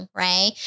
right